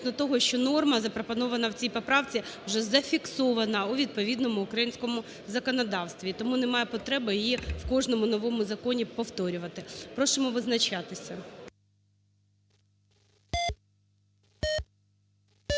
норма, запропонована в цій поправці, вже зафіксована у відповідному українському законодавстві, і тому немає потреби в кожному новому законі повторювати. Просимо визначатися.